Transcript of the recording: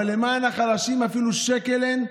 אבל למען החלשים אפילו שקל אין?